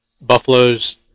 Buffalo's